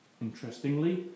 Interestingly